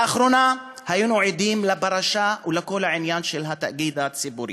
לאחרונה היינו עדים לפרשה ולכל העניין של התאגיד הציבורי.